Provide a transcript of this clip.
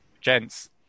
gents